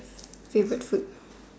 favourite food